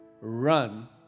run